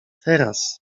teraz